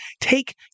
take